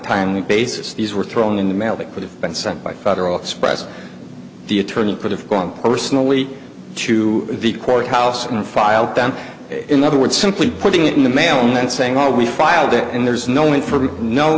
timely basis these were thrown in the mail that could have been sent by federal express the attorney could have gone personally to the courthouse and filed them in other words simply putting it in the mail and then saying oh we filed it and there's no